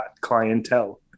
clientele